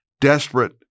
desperate